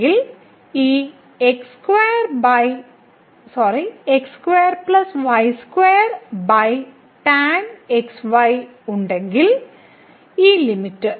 നമുക്ക് ഇത് x y → 00 ഉണ്ടെങ്കിൽ ഈ ഉണ്ടെങ്കിൽ ഈ ലിമിറ്റ്